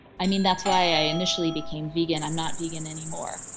i mean, that's why i initially became vegan. i'm not vegan anymore,